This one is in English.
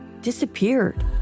disappeared